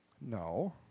No